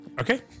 Okay